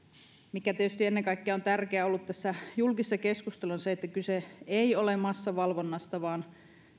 mikä tietysti ennen kaikkea on tärkeää ollut tässä julkisessa keskustelussa on se että kyse ei ole massavalvonnasta